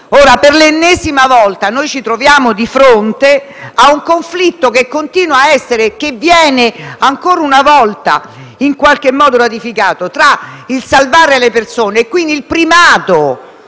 Per l'ennesima volta, ci troviamo di fronte a un conflitto, che viene in qualche modo ratificato, tra il salvare le persone, e quindi tra il primato